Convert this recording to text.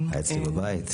הוא היה אצלי בבית.